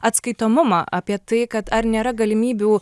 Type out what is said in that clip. atskaitomumą apie tai kad ar nėra galimybių